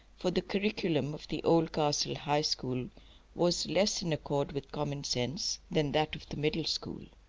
for the curriculum of the oldcastle high school was less in accord with common sense than that of the middle school.